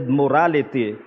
morality